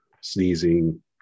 sneezing